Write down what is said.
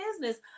business